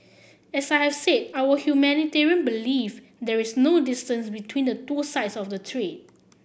as I have said our humanitarian belief there's no distance between the two sides of the strait